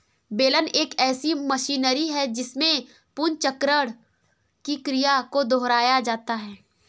बेलन एक ऐसी मशीनरी है जिसमें पुनर्चक्रण की क्रिया को दोहराया जाता है